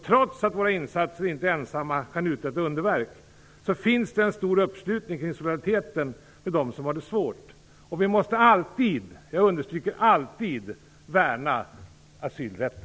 Trots att våra insatser inte ensamma kan uträtta underverk finns det en stor uppslutning kring solidariteten för dem som har det svårt. Vi måste alltid värna asylrätten.